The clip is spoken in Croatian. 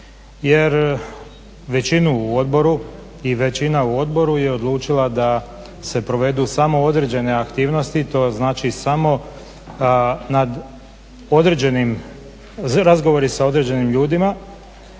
i većina u odboru je odlučila da se provedu samo određene aktivnosti, to znači samo nad određenim, razgovori sa određenim ljudima,